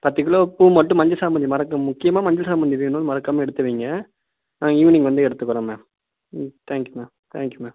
பத்து கிலோ பூ மட்டும் மஞ்சள் சாமந்தி மறக்க முக்கியமாக மஞ்சள் சாமந்தி வேணும் மறக்காமல் எடுத்து வையுங்க நான் ஈவினிங் வந்து எடுத்துக்கிறோம் ma'am thank you ma'am thank you ma'am